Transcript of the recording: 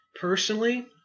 Personally